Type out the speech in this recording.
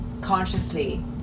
consciously